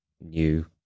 new